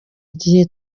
igihe